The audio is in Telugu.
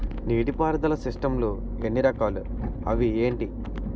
నీటిపారుదల సిస్టమ్ లు ఎన్ని రకాలు? అవి ఏంటి?